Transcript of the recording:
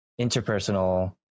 interpersonal